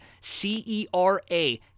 C-E-R-A